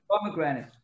pomegranate